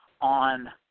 on